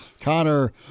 Connor